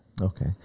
okay